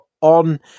on